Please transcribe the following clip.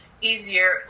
easier